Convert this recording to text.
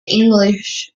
english